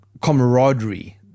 camaraderie